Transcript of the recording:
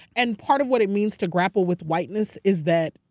and part of what it means to grapple with whiteness is that,